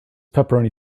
pepperoni